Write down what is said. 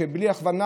בלי הכוונה,